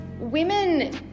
women